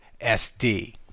SD